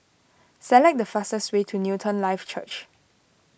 select the fastest way to Newton Life Church